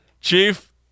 Chief